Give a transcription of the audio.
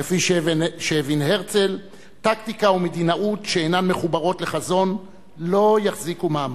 כפי שהבין הרצל: טקטיקה ומדינאות שאינן מחוברות לחזון לא יחזיקו מעמד.